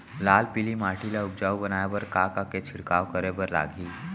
लाल पीली माटी ला उपजाऊ बनाए बर का का के छिड़काव करे बर लागही?